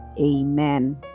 amen